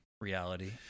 reality